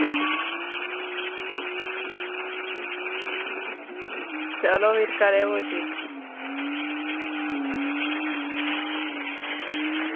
fifty चलो फिर करेओ कोशिश